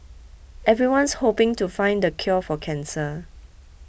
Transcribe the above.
everyone's hoping to find the cure for cancer